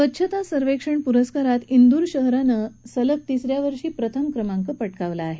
स्वच्छता सर्वेक्षण प्रस्कारात इंदूर शहरानं सलग तिस या वर्षी प्रथम क्रमांक पटकावला आहे